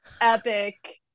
epic